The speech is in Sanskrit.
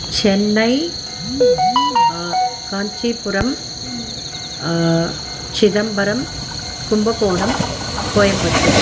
चेन्नै काञ्चीपुरं चिदम्बरं कुम्बकोणं कोयम्बत्तूर्